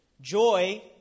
Joy